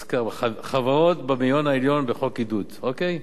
אז ככה, חברות במאיון העליון בחוקי עידוד, אוקיי?